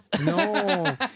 No